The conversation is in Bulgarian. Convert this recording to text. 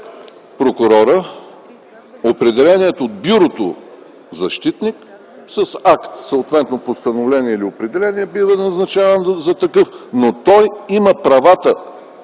прокурора определението „бюрото защитник” с акт – съответно постановление или определение, бива назначаван за такъв. Но той има правата